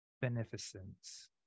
Beneficence